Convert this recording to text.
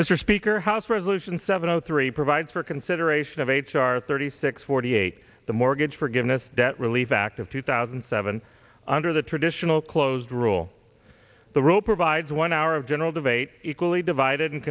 mr speaker house resolution seven zero three provides for consideration of h r thirty six forty eight the mortgage forgiveness debt relief act of two thousand and seven under the traditional closed rule the route provides one hour of general debate equally divided and